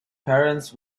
parents